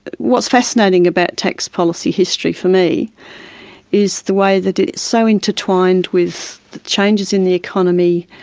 what's fascinating about tax policy history for me is the way that it's so intertwined with changes in the economy,